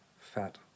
fat